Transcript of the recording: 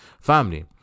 family